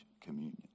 communion